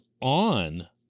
on